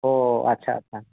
ᱚᱻ ᱟᱪᱪᱷᱟ ᱟᱪᱪᱷᱟ